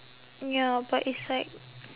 ya but it's like